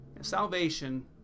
Salvation